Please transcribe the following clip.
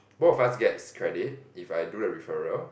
both of us gets credit if I do a referral